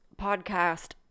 podcast